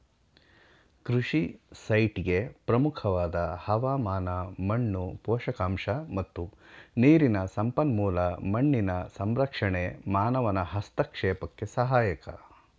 ಕೃಷಿ ಸೈಟ್ಗೆ ಪ್ರಮುಖವಾದ ಹವಾಮಾನ ಮಣ್ಣು ಪೋಷಕಾಂಶ ಮತ್ತು ನೀರಿನ ಸಂಪನ್ಮೂಲ ಮಣ್ಣಿನ ಸಂರಕ್ಷಣೆ ಮಾನವನ ಹಸ್ತಕ್ಷೇಪಕ್ಕೆ ಸಹಾಯಕ